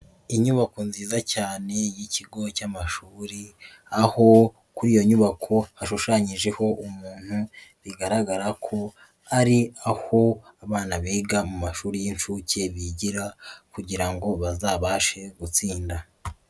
Inyubako nziza cyane y'ikigo cy'amashuri, aho kuri iyo nyubako hashushanyijeho umuntu bigaragara ko hari aho abana biga mu mashuri y'inshuke bigira kugira ngo bazabashe gutsinda.